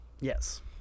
yes